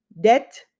Debt